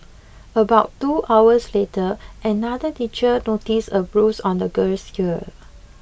about two hours later another teacher noticed a bruise on the girl's ear